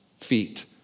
feet